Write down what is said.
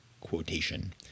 quotation